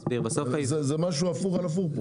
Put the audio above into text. זה משהו הפוך על הפוך פה.